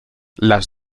las